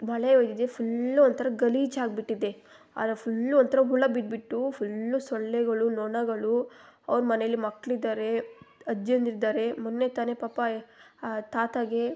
ಮಳೆ ಇದೆ ಫುಲ್ ಒಂಥರ ಗಲೀಜಾಗಿಬಿಟ್ಟಿದೆ ಅದ್ರಗೆ ಫುಲ್ಲು ಒಂಥರ ಹುಳ ಬಿದ್ಬಿಟ್ಟು ಫುಲ್ಲು ಸೊಳ್ಳೆಗಳು ನೊಣಗಳು ಅವ್ರ ಮನೇಯಲ್ಲಿ ಮಕ್ಕಳಿದ್ದಾರೆ ಅಜ್ಜಿಯಂದಿರಿದ್ದಾರೆ ಮೊನ್ನೆ ತಾನೆ ಪಾಪ ಆ ತಾತಾಗೆ